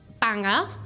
banger